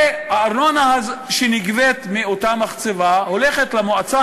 והארנונה שנגבית מאותה מחצבה הולכת למועצה